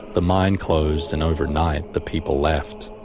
the mine closed and overnight, the people left.